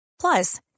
Plus